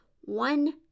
one